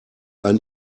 ein